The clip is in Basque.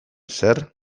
zer